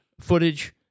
footage